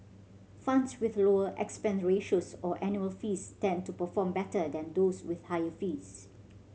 funds with lower expense ratios or annual fees tend to perform better than those with higher fees